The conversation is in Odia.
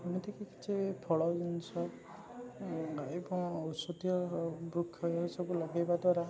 ଏମିତି କିଛି ଫଳ ଜିନିଷ ଏବଂ ଔଷଧୀୟ ବୃକ୍ଷ ଏହି ସବୁ ଲଗେଇବା ଦ୍ୱାରା